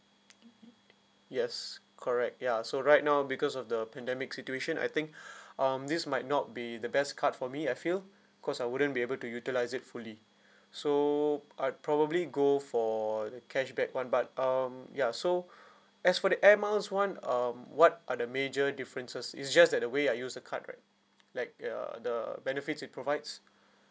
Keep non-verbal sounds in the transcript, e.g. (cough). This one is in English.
(noise) yes correct ya so right now because of the pandemic situation I think (breath) um this might not be the best card for me I feel cause I wouldn't be able to utilise it fully so I'D probably go for the cashback one but um ya so as for the air miles one um what are the major differences is just that the way I use the card right like uh the benefits it provides